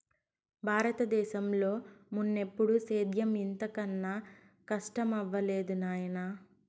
బారత దేశంలో మున్నెప్పుడూ సేద్యం ఇంత కనా కస్టమవ్వలేదు నాయనా